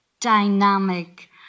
dynamic